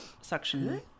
suction